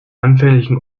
anfänglichen